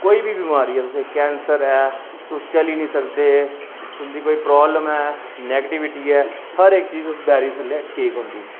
कोई बी बमारी ऐ तुसें गी कैंसर ऐ तुस चली निं सकदे तुंदी कोई प्राब्लम ऐ नैगेटिविटी ऐ हर इक चीज उस बैरी दे थल्लै ठीक होंदी